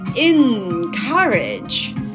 encourage